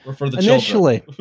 Initially